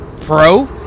pro